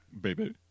Baby